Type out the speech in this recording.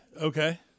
Okay